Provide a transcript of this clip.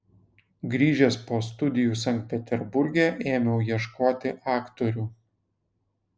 grįžęs po studijų sankt peterburge ėmiau ieškoti aktorių